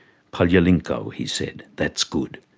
palya linko, he said. that's good.